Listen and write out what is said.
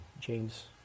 James